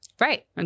Right